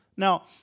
Now